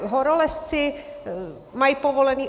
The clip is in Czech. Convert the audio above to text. Horolezci mají povolený...